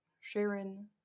Sharon